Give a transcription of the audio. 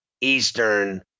Eastern